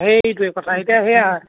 সেইটোৱ কথা এতিয়া সেয়া